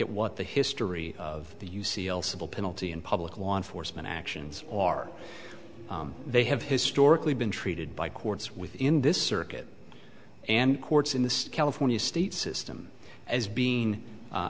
at what the history of the u c l civil penalty and public law enforcement actions are they have historically been treated by courts within this circuit and courts in the california state system as being